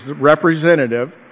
representative